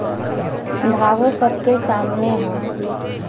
भावो सबके सामने हौ